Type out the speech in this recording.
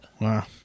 wow